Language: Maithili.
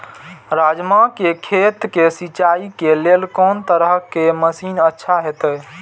राजमा के खेत के सिंचाई के लेल कोन तरह के मशीन अच्छा होते?